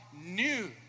new